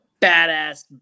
badass